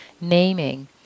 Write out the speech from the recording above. naming